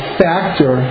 factor